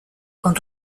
con